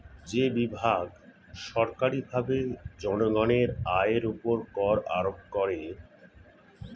যে বিভাগ সরকারীভাবে জনগণের আয়ের উপর কর আরোপ করে